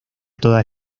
todas